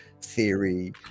theory